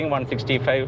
165